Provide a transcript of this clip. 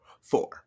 Four